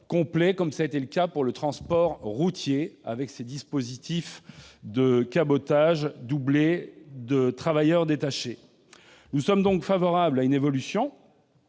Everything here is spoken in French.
comme cela a été le cas pour le transport routier avec les dispositifs de cabotage, doublés par le recours aux travailleurs détachés. Nous sommes donc favorables à une évolution,